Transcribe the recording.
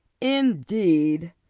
indeed,